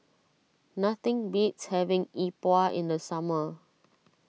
nothing beats having Yi Bua in the summer